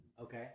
Okay